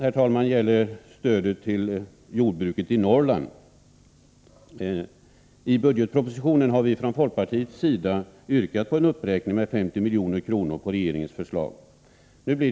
Beträffande stödet till jordbruket i Norrland vill jag vidare säga, herr talman, att vi från folkpartiets sida yrkat på en uppräkning med 50 milj.kr. av regeringens förslag i budgetpropositionen.